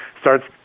starts